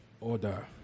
order